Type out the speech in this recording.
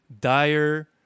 dire